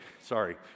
Sorry